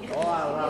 באשדוד.